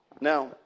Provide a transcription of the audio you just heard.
Now